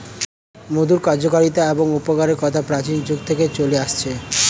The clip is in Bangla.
মধুর কার্যকারিতা এবং উপকারের কথা প্রাচীন যুগ থেকে চলে আসছে